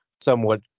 somewhat